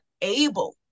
able